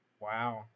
Wow